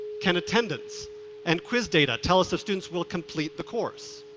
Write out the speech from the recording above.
can attendance and quiz data tell us if students will complete the course?